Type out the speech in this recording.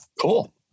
Cool